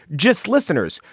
just listeners,